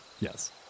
Yes